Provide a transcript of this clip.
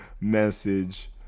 message